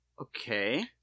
Okay